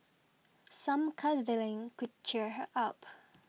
some cuddling could cheer her up